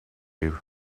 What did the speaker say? you